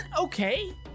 okay